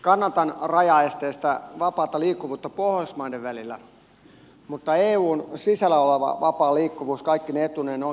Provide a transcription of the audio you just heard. kannatan rajaesteistä vapaata liikkuvuutta pohjoismaiden välillä mutta eun sisällä oleva vapaa liikkuvuus kaikkine etuineen onkin monimutkaisempi